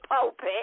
pulpit